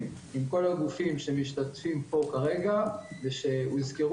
עם כל הגופים שמשתתפים פה כרגע ושהוזכרו,